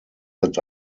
that